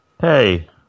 Hey